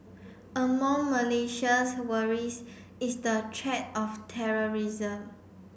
among Malaysia's worries is the threat of terrorism